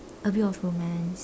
a bit of romance